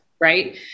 right